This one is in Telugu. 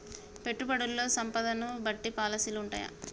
పెట్టుబడుల్లో సంపదను బట్టి పాలసీలు ఉంటయా?